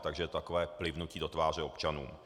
Takže takové plivnutí do tváře občanům.